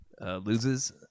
loses